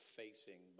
facing